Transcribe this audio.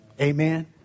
Amen